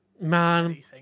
Man